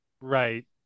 Right